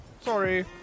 Sorry